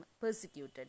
persecuted